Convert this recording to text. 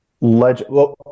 legend